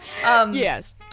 Yes